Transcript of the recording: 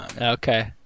Okay